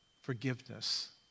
forgiveness